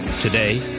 Today